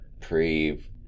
pre